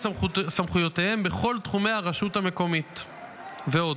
סמכויותיהם בכל תחומי הרשות המקומית ועוד.